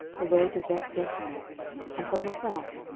the way to bethjeshimoth and from the south,